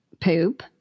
poop